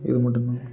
இதுமட்டும்தான்